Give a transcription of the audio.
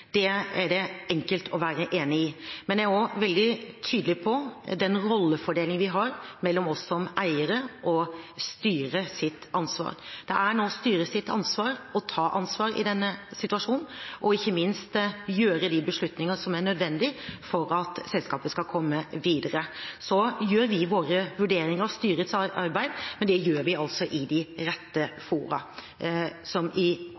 Det er det enkelt å være enig i. Men jeg er også veldig tydelig på den rollefordelingen vi har mellom oss som eiere og styrets ansvar. Det er styret som skal ta ansvar for denne situasjonen, ikke minst ta de beslutningene som er nødvendig for at selskapet skal komme videre. Så gjør vi våre vurderinger av styrets arbeid, men det gjør vi altså i de rette fora, som i